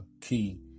key